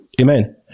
Amen